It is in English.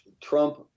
Trump